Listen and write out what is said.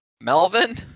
Melvin